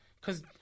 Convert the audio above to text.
Cause